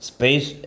Space